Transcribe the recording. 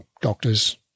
doctors